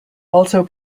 also